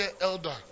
elder